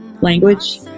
language